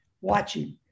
watching